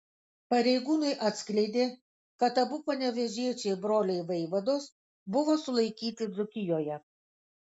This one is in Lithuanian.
pareigūnai atskleidė kad abu panevėžiečiai broliai vaivados buvo sulaikyti dzūkijoje